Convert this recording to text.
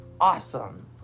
awesome